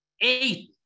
Eight